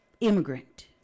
immigrant